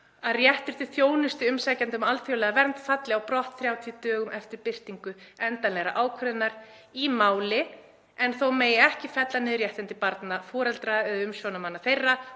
að réttur til þjónustu fyrir umsækjendur um alþjóðlega vernd falli á brott 30 dögum eftir birtingu endanlegrar ákvörðunar í máli en þó megi ekki fella niður réttindi barna, foreldra, eða umsjónarmanna þeirra